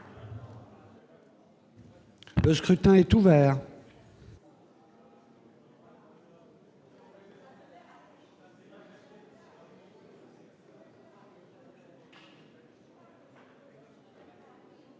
Le scrutin est ouvert.